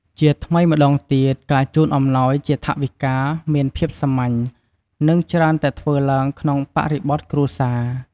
ជាថ្មីម្ដងទៀត ការជូនអំណោយជាថវិកាមានភាពសាមញ្ញ និងច្រើនតែធ្វើឡើងក្នុងបរិបទគ្រួសារ។